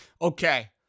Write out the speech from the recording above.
Okay